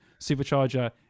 Supercharger